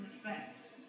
effect